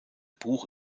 buch